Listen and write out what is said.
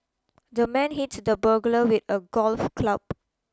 the man hit the burglar with a golf club